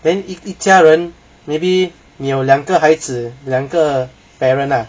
then 一一家人 maybe 你有两个孩子两个 parent lah